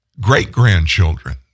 great-grandchildren